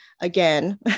again